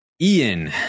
ian